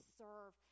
serve